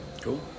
cool